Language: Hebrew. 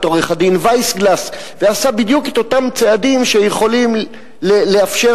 עורך-הדין וייסגלס ועשה בדיוק את אותם צעדים שיכולים לאפשר